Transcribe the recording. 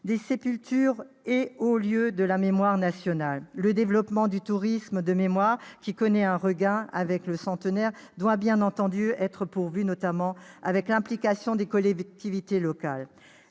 des sépultures et hauts lieux de la mémoire nationale. Le développement du tourisme de mémoire, qui connaît un regain avec le centenaire, doit bien entendu être poursuivi, notamment avec l'implication des collectivités locales.